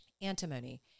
antimony